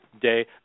day